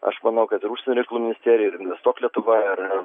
aš manau kad ir užsienio riekalų ministerija ir investuok lietuva ir